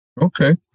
Okay